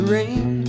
rain